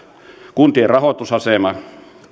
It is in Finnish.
kuntien rahoitusasema